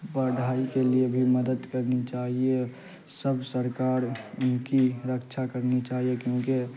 پڑھائی کے لیے بھی مدد کرنی چاہیے سب سرکار کی رکچھا کرنی چاہیے کیونکہ